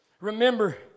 remember